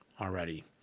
already